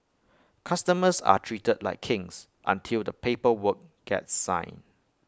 customers are treated like kings until the paper work gets signed